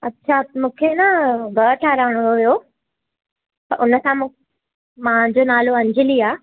अच्छा मूंखे न घरु ठाहिराइणो हुओ त हुन सां मांजो नालो अंजली आहे